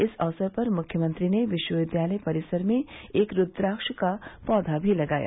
इस अवसर पर मुख्यमंत्री ने विश्वविद्यालय परिसर में एक रूद्राक्ष का पौधा भी लगाया